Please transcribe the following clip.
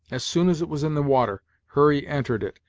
as soon as it was in the water, hurry entered it,